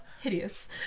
hideous